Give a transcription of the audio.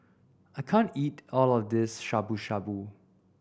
I can't eat all of this Shabu Shabu